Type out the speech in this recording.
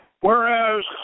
Whereas